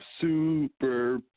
super